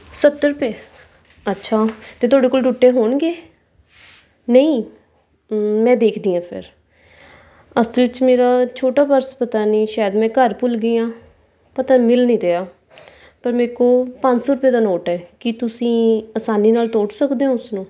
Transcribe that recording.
ਸੱਤਰ ਰੁਪਏ ਅੱਛਾ ਤੇ ਤੁਹਾਡੇ ਕੋਲ ਟੁੱਟੇ ਹੋਣਗੇ ਨਹੀਂ ਮੈਂ ਦੇਖਦੀ ਹਾਂ ਫਿਰ ਅਸਲ ਵਿੱਚ ਮੇਰਾ ਛੋਟਾ ਪਰਸ ਪਤਾ ਨਹੀਂ ਸ਼ਾਇਦ ਮੈਂ ਘਰ ਭੁੱਲ ਗਈ ਹਾਂ ਪਤਾ ਮਿਲ ਨਹੀਂ ਰਿਹਾ ਪਰ ਮੇਰੇ ਕੋਲ ਪੰਜ ਸੌ ਰੁਪਏ ਦਾ ਨੋਟ ਹੈ ਕੀ ਤੁਸੀਂ ਆਸਾਨੀ ਨਾਲ ਤੋੜ ਸਕਦੇ ਹੋ ਉਸ ਨੂੰ